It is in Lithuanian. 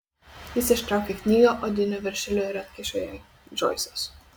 jis ištraukė knygą odiniu viršeliu ir atkišo jai džoisas